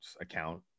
account